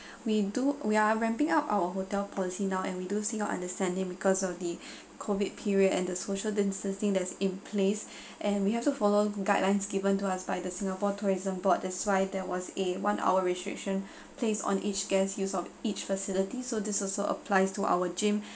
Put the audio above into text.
we do we are ramping up our hotel policy now and we do seek your understanding because of the COVID period and the social distancing that's in place and we have to follow guidelines given to us by the singapore tourism board that's why there was a one hour restriction placed on each guest's use of each facility so this also applies to our gym